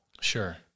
Sure